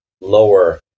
lower